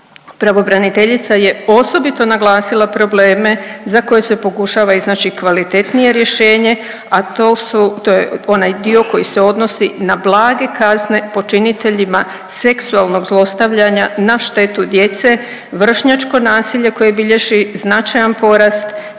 pravobraniteljica je osobito naglasila probleme za koje se pokušava iznaći kvalitetnije rješenje, a to je onaj dio koji se odnosi na blage kazne počiniteljima seksualnog zlostavljanja na štetu djece, vršnjačko nasilje koje bilježi značajan porast